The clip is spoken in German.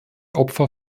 opfer